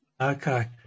Okay